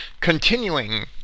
Continuing